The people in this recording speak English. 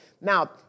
Now